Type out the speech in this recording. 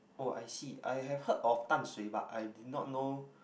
oh I see I have heard of Dan-Shui but I did not know